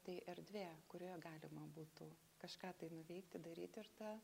tai erdvė kurioje galima būtų kažką tai nuveikti daryt ir ta